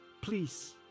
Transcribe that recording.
Please